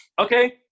Okay